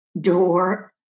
door